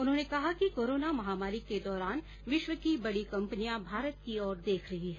उन्होंने कहा कि कोरोना महामारी के दौरान विश्व की बड़ी कंपनियां भारत की ओर देख रही हैं